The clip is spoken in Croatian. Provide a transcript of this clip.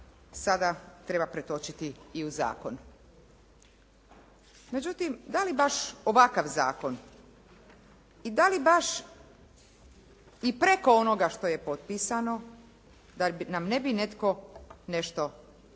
sada treba pretočiti i u zakon. Međutim da li baš ovakav zakon i da li baš i preko onoga što je potpisano da nam ne bi netko nešto zamjerio.